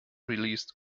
released